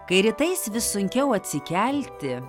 kai rytais vis sunkiau atsikelti